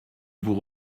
vous